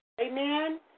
Amen